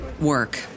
work